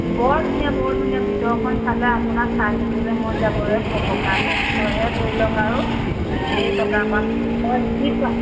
বৰ ধুনীয়া বৰ ধুনীয়া ভিতৰখন চালে আপোনাৰ চাই থাকিবলৈ মন যাবহে টকা পাঁচশহে ধৰি লওক আৰু এই টকা পাঁচশ যি টকা